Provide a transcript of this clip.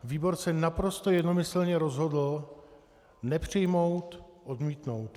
Výbor se naprosto jednomyslně rozhodl nepřijmout, odmítnout.